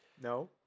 No